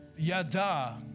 Yada